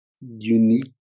unique